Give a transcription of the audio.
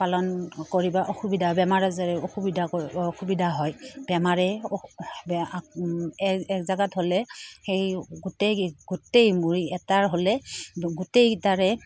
পালন কৰিব অসুবিধা বেমাৰ আজাৰ অসুবিধা অসুবিধা হয় বেমাৰে এজেগাত হ'লে সেই গোটেই গোটেই মৰি এটাৰ হ'লে গোটেইকেইটাৰে